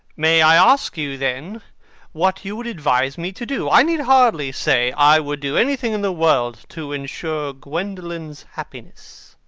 may i ask you then what you would advise me to do? i need hardly say i would do anything in the world to ensure gwendolen's happiness.